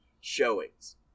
showings